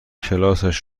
کلاسش